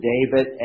David